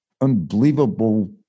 unbelievable